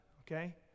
okay